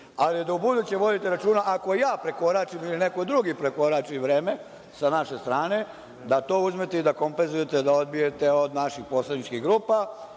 ali da u buduće vodite računa ako ja prekoračim ili neko drugi prekorači vreme sa naše strane, da to uzmete i da kompenzujete, da odbijete od naših poslaničkih grupa,